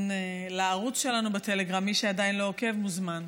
לערוץ שלנו בטלגרם, מי שעדיין לא עוקב, מוזמן.